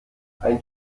ein